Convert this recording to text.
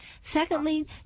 Secondly